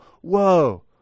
whoa